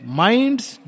mind's